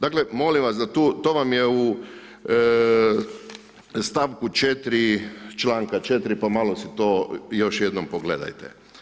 Dakle, molim vas da tu, to vam je u stavku 4. članka 4. pa malo si to još jednom pogledajte.